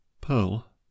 Pearl